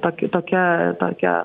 taki tokia tokia